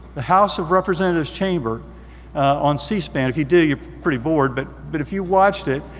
the house of representatives chamber on c-span. if you do, you're pretty bored, but but if you watched it,